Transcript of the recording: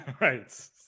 Right